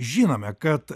žinome kad